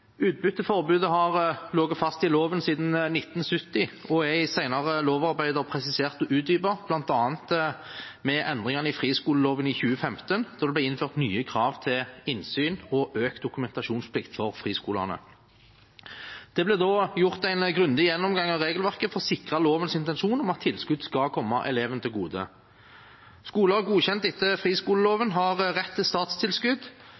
Utbytteforbudet har ligget fast i loven siden 1970 og er i senere lovarbeider presisert og utdypet, bl.a. med endringene i friskoleloven i 2015, da det ble innført nye krav til innsyn og økt dokumentasjonsplikt for friskolene. Det ble da foretatt en grundig gjennomgang av regelverket for å sikre lovens intensjon om at tilskudd skal komme elevene til gode. Skoler godkjent etter friskoleloven har rett til statstilskudd,